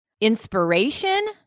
inspiration